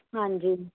ਹਾਂਜੀ